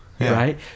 Right